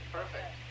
Perfect